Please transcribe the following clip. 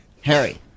Harry